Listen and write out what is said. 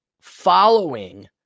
following